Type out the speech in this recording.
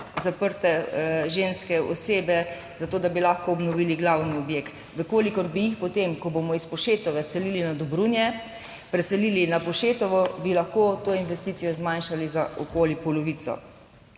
zaprte ženske osebe, zato da bi lahko obnovili glavni objekt. V kolikor bi jih potem, ko bomo iz Povšetove selili na Dobrunje, preselili na Povšetovo, bi lahko to investicijo zmanjšali za okoli polovico.